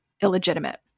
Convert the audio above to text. illegitimate